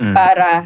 para